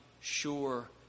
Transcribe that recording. sure